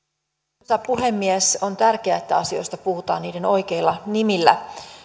arvoisa puhemies on tärkeää että asioista puhutaan niiden oikeilla nimillä